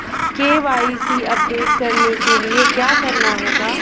KYC update करने के लिए क्या करना होगा?